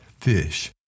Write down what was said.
fish